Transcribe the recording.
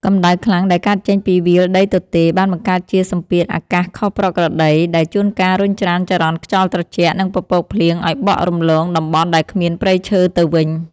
កម្ដៅខ្លាំងដែលកើតចេញពីវាលដីទទេរបានបង្កើតជាសម្ពាធអាកាសខុសប្រក្រតី ដែលជួនកាលរុញច្រានចរន្តខ្យល់ត្រជាក់ និងពពកភ្លៀងឱ្យបក់រំលងតំបន់ដែលគ្មានព្រៃឈើទៅវិញ។